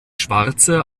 schwarze